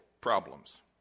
problems